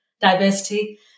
diversity